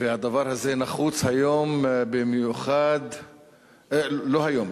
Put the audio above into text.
והדבר הזה נחוץ היום לא היום,